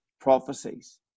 prophecies